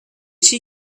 she